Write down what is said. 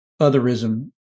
otherism